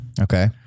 Okay